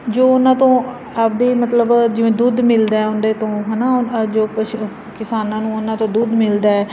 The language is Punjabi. ਜੋ ਉਹਨਾਂ ਤੋਂ ਆਪਣੇ ਮਤਲਬ ਜਿਵੇਂ ਦੁੱਧ ਮਿਲਦਾ ਉਹਦੇ ਤੋਂ ਹੈ ਨਾ ਜੋ ਪਸ਼ੂ ਕਿਸਾਨਾਂ ਨੂੰ ਉਹਨਾਂ ਤੋਂ ਦੁੱਧ ਮਿਲਦਾ ਹੈ